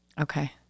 okay